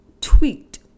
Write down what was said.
Tweaked